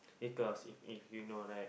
because if if you know like